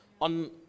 on